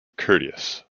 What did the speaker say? courteous